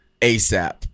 ASAP